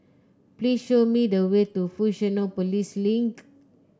please show me the way to Fusionopolis Link